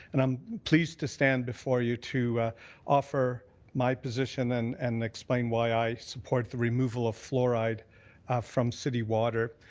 and i'm pleased to stand before you to offer my position and and explain why i support the removal of fluoride from city water.